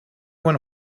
when